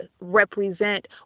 represent